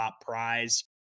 prize